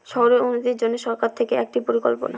শহরের উন্নতির জন্য সরকার থেকে একটি পরিকল্পনা